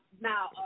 Now